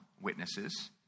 witnesses